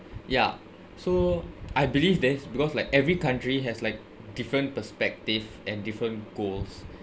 ya so I believe that is because like every country has like different perspective and different goals